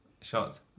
shots